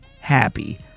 happy